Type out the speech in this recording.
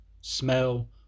smell